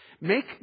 Make